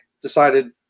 Decided